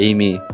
Amy